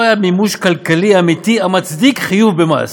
היה מימוש כלכלי אמיתי המצדיק חיוב במס.